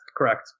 Correct